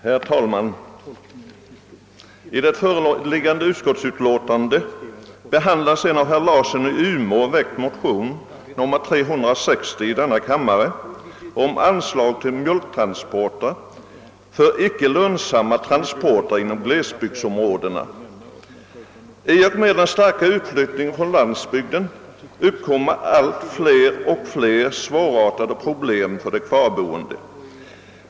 Herr talman! I förevarande utskottsutlåtande behandlas en av herr Larsson i Umeå väckt motion, II: 360, om anslag till mjölktransporter inom glesbygdsområden. På grund av den omfattande utflyttningen från landsbygden uppkommer allt fler svårartade problem för de kvarboende.